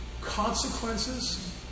consequences